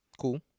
Cool